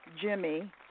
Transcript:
Jimmy